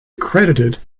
accredited